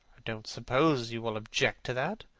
don't suppose you will object to that.